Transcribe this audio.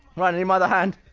ryan, need my other hand!